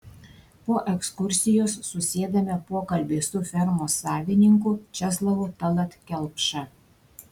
po ekskursijos susėdame pokalbiui su fermos savininku česlovu tallat kelpša